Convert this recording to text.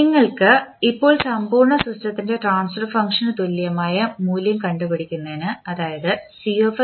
നിങ്ങൾ ഇപ്പോൾ സമ്പൂർണ്ണ സിസ്റ്റത്തിന്റെ ട്രാൻസ്ഫർ ഫംഗ്ഷനായ മൂല്യം കണ്ടുപിടിക്കുന്നു അതായത് CsRs